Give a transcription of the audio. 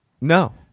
No